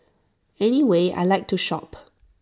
anyway I Like to shop